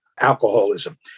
alcoholism